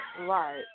Right